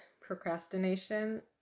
procrastination